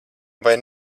vai